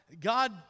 God